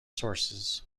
sources